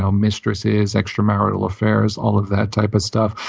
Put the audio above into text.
um mistresses, extramarital affairs, all of that type of stuff.